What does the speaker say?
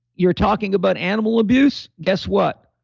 you're talking about animal abuse. guess what?